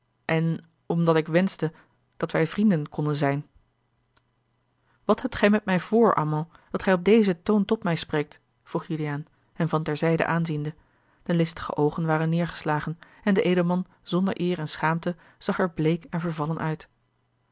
en omdat ik wenschte dat wij vrienden konden zijn wat hebt gij met mij voor armand dat gij op dezen toon tot mij spreekt vroeg juliaan hem van ter zijde aanziende de listige oogen waren neêrgeslagen en de edelman zonder eer en schaamte zag er bleek en vervallen uit